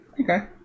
Okay